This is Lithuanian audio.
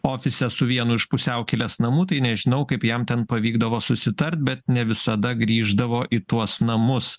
ofise su vienu iš pusiaukelės namų tai nežinau kaip jam ten pavykdavo susitarti bet ne visada grįždavo į tuos namus